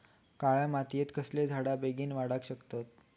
काळ्या मातयेत कसले झाडा बेगीन वाडाक शकतत?